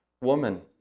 Woman